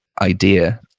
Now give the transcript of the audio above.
Idea